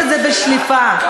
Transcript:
אבל אני אנסה לעשות את זה בשליפה.